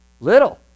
little